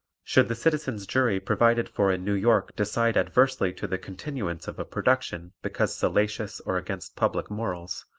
should the citizens' jury provided for in new york decide adversely to the continuance of a production because salacious or against public morals,